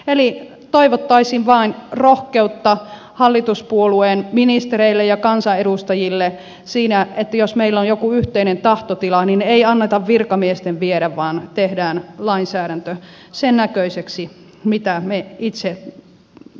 eli toivottaisin vain rohkeutta hallituspuolueiden ministereille ja kansanedustajille siinä että jos meillä on joku yhteinen tahtotila niin ei anneta virkamiesten viedä vaan tehdään lainsäädäntö sen näköiseksi mitä me itse toivomme